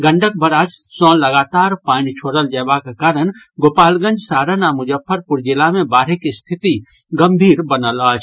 Gandak barrage सँ लगातार पानि छोड़ल जयबाक कारण गोपालगंज सारण आ मुजफ्फरपुर जिला मे बाढ़िक स्थिति गंभीर बनल अछि